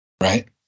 Right